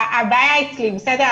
הבעיה אצלי, בסדר?